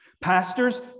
Pastors